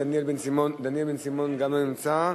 דניאל בן-סימון, גם לא נמצא.